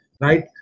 right